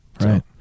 right